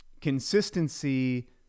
consistency